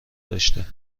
داشته